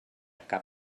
cap